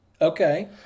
Okay